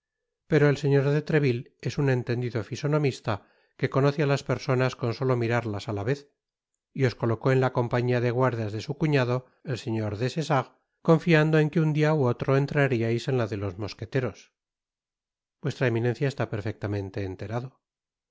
pero el señor de treville es un entendido fisonomista que conoce á las personas con solo mirarlas á la vez y os colocó en la compañía de guardias de su cuñado el señor des essarts confiando en que un dia ú otro entraríais en la de los mosqueteros vuestra eminencia está perfectamente enterado